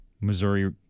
Missouri